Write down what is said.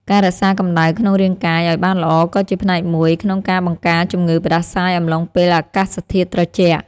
ការរក្សាកម្ដៅក្នុងរាងកាយឱ្យបានល្អក៏ជាផ្នែកមួយក្នុងការបង្ការជំងឺផ្តាសាយអំឡុងពេលអាកាសធាតុត្រជាក់។